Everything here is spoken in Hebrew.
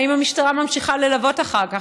האם המשטרה ממשיכה ללוות אחר כך?